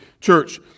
Church